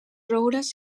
roures